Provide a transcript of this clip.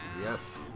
Yes